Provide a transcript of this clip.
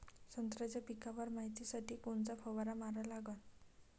संत्र्याच्या पिकावर मायतीसाठी कोनचा फवारा मारा लागन?